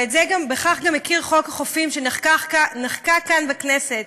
ובכך גם הכיר חוק החופים שנחקק כאן בכנסת